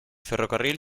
ferrocarril